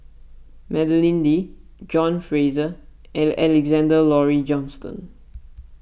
Madeleine Lee John Fraser and Alexander Laurie Johnston